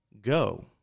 go